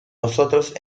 nosotros